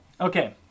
Okay